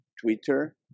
Twitter